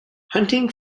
hunting